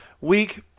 week